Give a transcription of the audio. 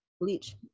Bleach